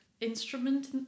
instrument